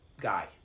guy